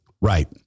Right